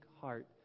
heart